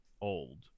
old